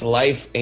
life